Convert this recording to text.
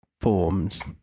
forms